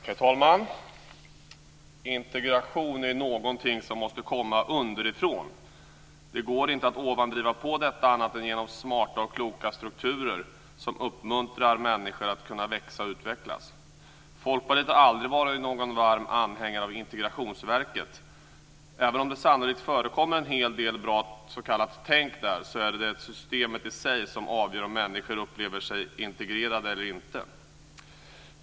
Herr talman! Integration är någonting som måste komma underifrån. Det går inte att ovanifrån driva på detta annat än genom smarta och kloka strukturer som uppmuntrar människor att kunna växa och utvecklas. Folkpartiet har aldrig varit en varm anhängare av Integrationsverket. Även om det sannolikt förekommer en hel del bra s.k. tänk där är det systemet i sig som avgör om människor upplever sig integrerade eller inte.